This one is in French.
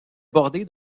bordé